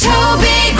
Toby